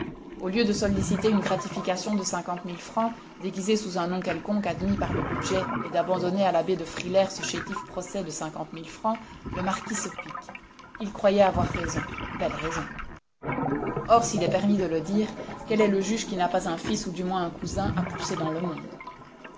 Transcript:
au lieu de solliciter une gratification de cinquante mille francs déguisée sous un nom quelconque admis par le budget et d'abandonner à l'abbé de frilair ce chétif procès de cinquante mille francs le marquis se pique il croyait avoir raison belle raison or s'il est permis de le dire quel est le juge qui n'a pas un fils ou du moins un cousin à pousser dans le monde